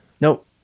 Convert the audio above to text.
Nope